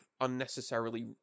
Unnecessarily